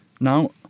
Now